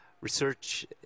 Research